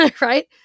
right